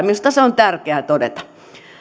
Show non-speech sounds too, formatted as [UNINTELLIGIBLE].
[UNINTELLIGIBLE] minusta se on tärkeää todeta